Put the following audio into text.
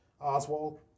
oswald